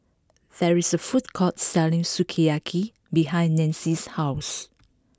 there is a food court selling Sukiyaki behind Nanci's house